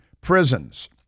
prisons